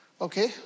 Okay